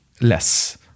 less